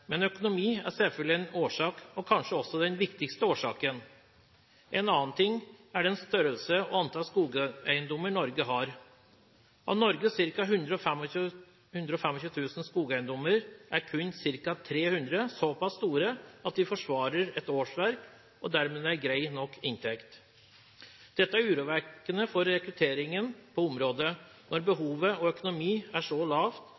men økonomi er selvfølgelig én årsak – og kanskje også den viktigste årsaken. En annen ting er størrelsen på skogeiendommene og antallet skogeiendommer Norge har. Av Norges ca. 125 000 skogeiendommer er kun ca. 300 såpass store at de forsvarer et årsverk og dermed en grei nok inntekt. Det er urovekkende for rekrutteringen på området når behovet og økonomien tilsier at det ikke er